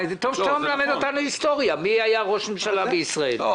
טוב שאתה מלמד אותנו היסטוריה מי היה ראש ממשלה בישראל.